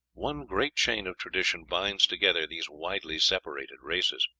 one great chain of tradition binds together these widely separated races.